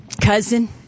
Cousin